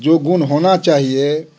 जो गुण होना चाहिए